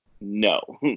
no